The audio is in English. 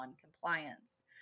compliance